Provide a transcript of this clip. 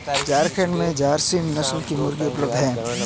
झारखण्ड में झारसीम नस्ल की मुर्गियाँ उपलब्ध है